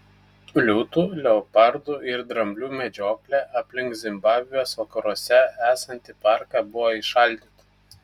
liūtų leopardų ir dramblių medžioklė aplink zimbabvės vakaruose esantį parką buvo įšaldyta